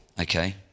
okay